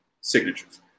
signatures